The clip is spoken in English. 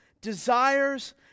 desires